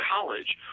college